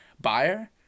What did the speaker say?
buyer